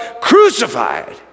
crucified